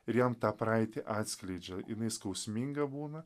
ir jam tą praeitį atskleidžia jinai skausminga būna